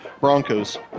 Broncos